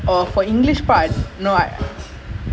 like நான்:naan computer leh play பண்ணிட்டு:pannittu